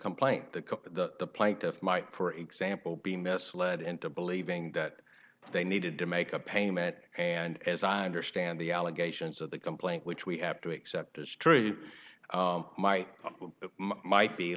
complaint the the plaintiff might for example be misled into believing that they needed to make a payment and as i understand the allegations of the complaint which we have to accept as true might might be